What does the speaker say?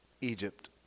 Egypt